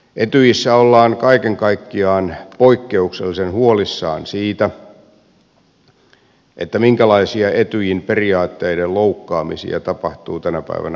etyjissä ollaan kaiken kaikkiaan poikkeuksellisen huolissaan siitä minkälaisia etyjin periaatteiden loukkaamisia tapahtuu tänä päivänä ukrainassa